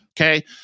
okay